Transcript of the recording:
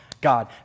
God